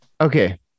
okay